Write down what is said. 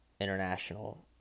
international